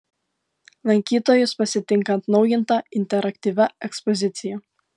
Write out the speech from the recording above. lankytojus pasitinka atnaujinta interaktyvia ekspozicija